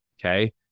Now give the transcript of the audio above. okay